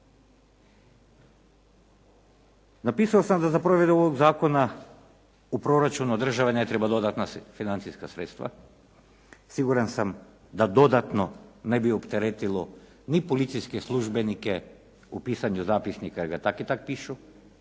Napisao sam da za provedbu ovog zakona u proračunu države ne treba dodatna financijska sredstva. Siguran sam da dodatno ne bi opteretilo ni policijske službenike u pisanju zapisnika jer ga tako i tako pišu